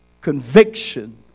conviction